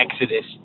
Exodus